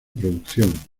producción